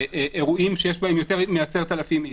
אירועים שיש בהם יותר מ-10,000 איש.